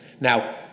Now